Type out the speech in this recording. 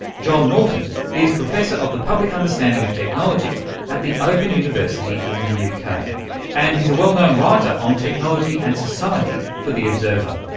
john naughton is professor of the public understanding of technology at the open university in the uk, yeah kind of and he's a well known writer on technology and society for the observer.